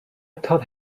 told